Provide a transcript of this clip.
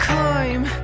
Climb